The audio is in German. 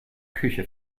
küche